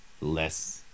less